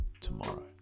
tomorrow